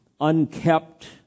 unkept